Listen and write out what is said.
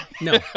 no